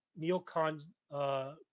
neocon